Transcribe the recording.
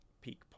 peak